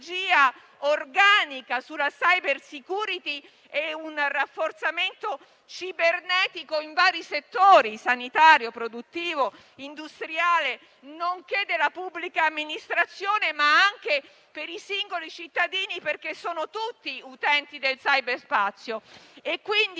organica sulla *cybersecurity* e a un rafforzamento cibernetico in vari settori (sanitario, produttivo, industriale e della pubblica amministrazione) anche per i singoli cittadini, che sono tutti utenti del cyberspazio.